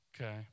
okay